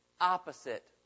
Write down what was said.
opposite